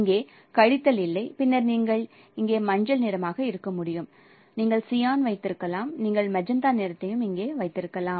இங்கே கழித்தல் இல்லை பின்னர் நீங்கள் நீங்கள் இங்கே மஞ்சள் நிறமாக இருக்க முடியும் நீங்கள் சியான் வைத்திருக்கலாம் நீங்கள் மெஜந்தா நிறத்தை இங்கே வைத்திருக்கலாம்